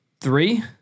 three